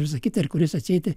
visa kita ar kuris atsieit